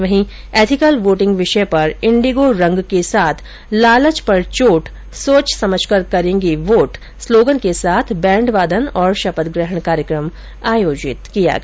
वहीं ethical voting विषय पर इंडिंगो रंग के साथ लालच पर चोट सोच समझकर करेंगे वोट स्लोगन के साथ बैंड वादन और शपथ ग्रहण कार्यक्रम आयोजित किया गया